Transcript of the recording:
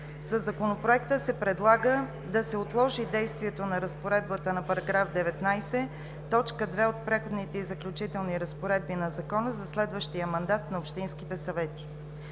Законопроекта се предлага да се отложи действието на разпоредбата на § 19, т. 2 от Преходните и заключителни разпоредби на Закона за следващия мандат на общинските съвети.